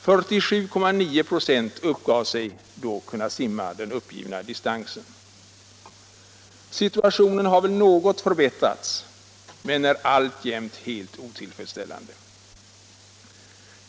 47,9 90 uppgav sig då kunna simma den uppgivna distansen. Situationen har väl något förbättrats men den är alltjämt helt otillfredsställande.